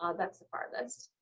ah that's the farthest.